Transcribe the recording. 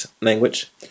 language